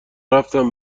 رفتم